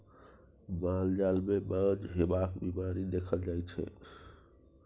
माल जाल मे बाँझ हेबाक बीमारी देखल जाइ छै